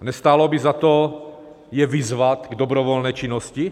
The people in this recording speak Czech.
Nestálo by za to je vyzvat k dobrovolné činnosti?